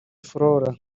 flora